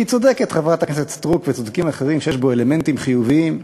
כי צודקת חברת הכנסת סטרוק וצודקים אחרים שיש בו אלמנטים חיוביים,